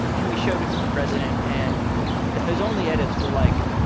and we showed it to the president, and the his only edits were like,